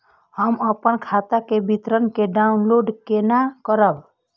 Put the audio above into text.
हम अपन खाता के विवरण के डाउनलोड केना करब?